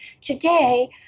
today